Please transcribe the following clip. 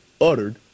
uttered